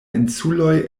insuloj